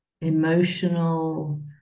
emotional